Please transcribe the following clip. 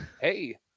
hey